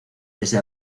desde